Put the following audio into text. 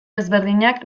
ezberdinak